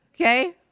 okay